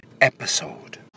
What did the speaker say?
episode